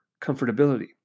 comfortability